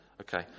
Okay